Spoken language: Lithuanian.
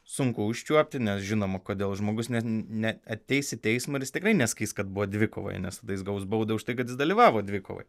sunku užčiuopti nes žinoma kodėl žmogus neateis į teismą ir jis tikrai nesakys kad buvo dvikovoje nes tada jis gaus baudą už tai kad dalyvavo dvikovoje